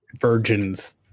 virgins